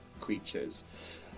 creatures